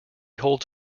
holds